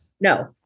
No